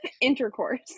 intercourse